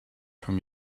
from